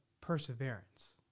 perseverance